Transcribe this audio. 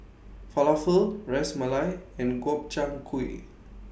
Falafel Ras Malai and Gobchang Gui